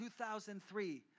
2003